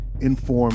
inform